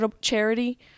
charity